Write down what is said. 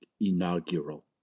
Inaugural